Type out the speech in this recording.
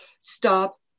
stop